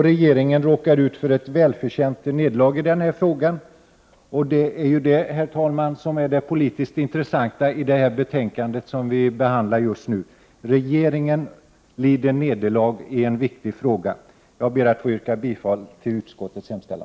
Regeringen råkar ut för ett välförtjänt nederlag i denna fråga. Det är detta som är det politiskt intressanta i det betänkande som vi nu behandlar. Regeringen lider nederlag i en viktig fråga. Jag ber att få yrka bifall till utskottets hemställan.